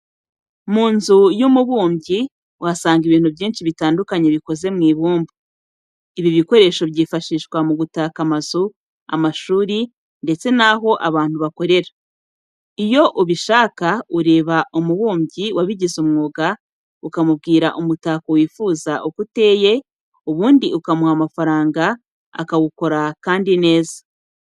Mu nzu y'umubumbyi uhasanga ibintu byinshi bitandukanye bikoze mu ibumba. Ibi bikoresho byifashishwa mu gutaka amazu, amashuri, ndetse n'aho abantu bakorera. Iyo ubishaka ureba umubumbyi wabigize umwuga, ukamubwira umutako wifuza uko uteye ubundi ukamuha amafaranga akawukora kandi neza.